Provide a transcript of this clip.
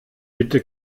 bitte